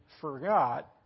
forgot